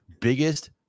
biggest